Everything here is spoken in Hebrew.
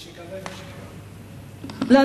לא,